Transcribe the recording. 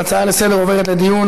ההצעה לסדר-היום עוברת לדיון